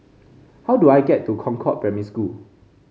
how do I get to Concord Primary School